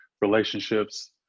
relationships